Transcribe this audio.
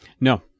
no